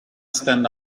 stand